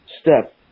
step